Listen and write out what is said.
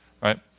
right